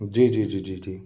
जी जी जी जी जी